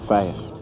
Fast